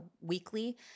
weekly